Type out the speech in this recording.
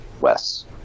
Wes